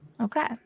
Okay